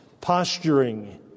posturing